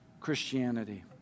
Christianity